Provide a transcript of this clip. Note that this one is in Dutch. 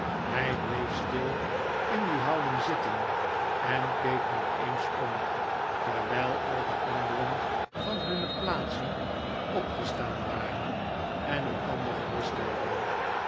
hij bleef stil in die houding zitten en keek niet eens om terwjjl al de anderen van hunne plaatsen opgestaan waren en elkander